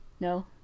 no